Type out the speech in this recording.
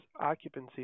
occupancy